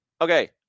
Okay